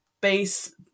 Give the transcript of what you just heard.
base